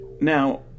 Now